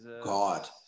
God